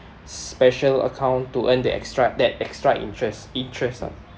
special account to earn the extra that extra interest interest ah